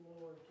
Lord